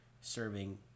serving